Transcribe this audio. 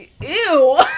Ew